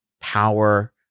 power